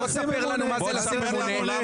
בוא ספר לנו מה זה לשים ממונה.